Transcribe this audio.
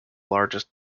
largest